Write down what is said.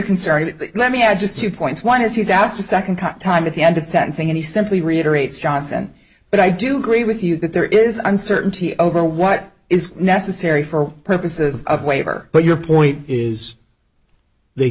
concern but let me add just two points one is he's asked a second time at the end of sentencing and he simply reiterate scott's and but i do agree with you that there is uncertainty over what is necessary for purposes of waiver but your point is they